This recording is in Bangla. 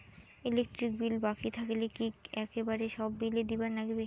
ইলেকট্রিক বিল বাকি থাকিলে কি একেবারে সব বিলে দিবার নাগিবে?